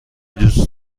دوست